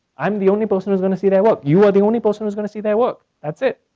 i'm the only person who's gonna see their work. you are the only person who's gonna see their work. that's it.